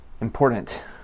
important